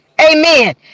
amen